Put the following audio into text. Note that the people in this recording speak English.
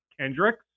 Kendricks